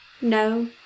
No